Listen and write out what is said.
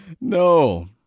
No